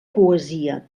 poesia